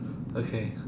okay